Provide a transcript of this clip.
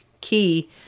key